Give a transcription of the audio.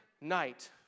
night